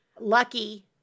lucky